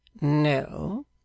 No